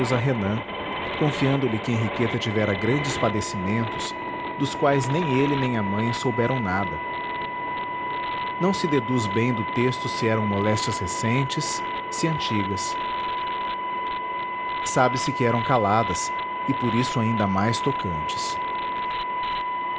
a renan confiando lhe henriqueta tivera grandes padecimentos dos quais nem ele nem a mãe souberam nada não se deduz bem do texto se eram moléstias recentes se antigas sabe-se que eram caladas e por isso é mais